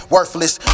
Worthless